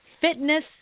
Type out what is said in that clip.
fitness